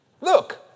Look